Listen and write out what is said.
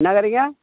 என்ன கறிங்க